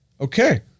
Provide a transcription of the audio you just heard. Okay